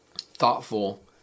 thoughtful